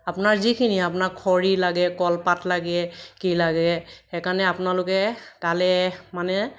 আপোনাৰ যিখিনি আপোনাক খৰি লাগে কলপাত লাগে কি লাগে সেইকাৰণে আপোনালোকে তালে মানে